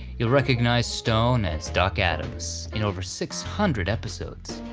you'll recognize stone as doc adams in over six hundred episodes.